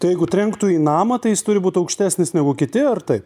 tai jeigu trenktų į namą tai jis turi būt aukštesnis negu kiti ar taip